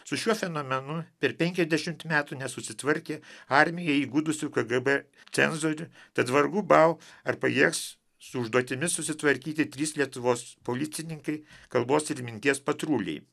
su šiuo fenomenu per penkiasdešimt metų nesusitvarkė armija įgudusių kgb cenzorių tad vargu bau ar pajėgs su užduotimi susitvarkyti trys lietuvos policininkai kalbos ir minties patruliai